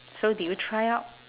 so did you try out